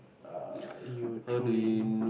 err you truly